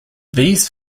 these